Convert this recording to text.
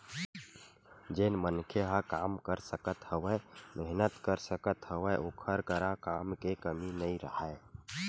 जेन मनखे ह काम कर सकत हवय, मेहनत कर सकत हवय ओखर करा काम के कमी नइ राहय